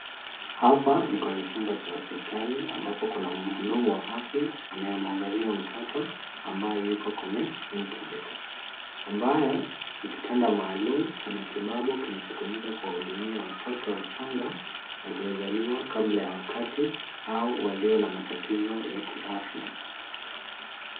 hapa ni kwenye chumba cha hospitali ambapo kuna mhudumu wa afya anayemwangalia mtoto ambaye yuko kwenye incubator ambayo ni kitanda maalum cha matibabu kinachotumika kuwahudumia watoto wachanga waliozaliwa kabla ya wakati au walio na matatizo ya kiafya Hapa ni kwenye chumba cha hospitali ambapo kuna mhudumu wa afya anayemwangalia mtoto ambaye yuko kwenye incubator ambayo ni kitanda maalum cha matibabu kinachotumika kuwahudumia watoto wachanga waliozaliwa kabla ya wakati au walio na matatizo ya kiafya.